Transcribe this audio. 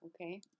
okay